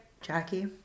Jackie